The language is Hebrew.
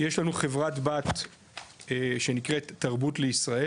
יש לנו חברת בת שנקראת 'תרבות לישראל'